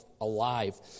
alive